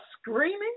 screaming